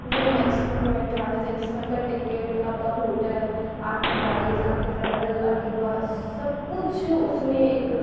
वो maximum provide करा देते हैं जिसमें आपका टिकट आपका होटल आपके गाइड आपके ट्रैवल आपके बस सब कुछ उसमें एक